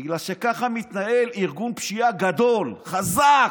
בגלל שככה מתנהל ארגון פשיעה גדול, חזק.